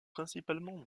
principalement